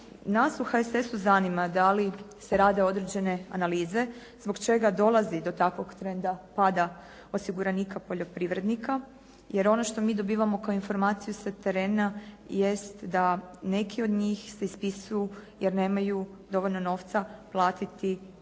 Nas u HSS-u zanima da li se rade određene analize zbog čega dolazi do takvog trenda pada osiguranika poljoprivrednika jer ono što mi dobivamo kao informaciju sa terena jest da neki od njih se ispisuju jer nemaju dovoljno novca platiti mirovinsko